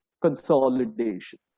consolidation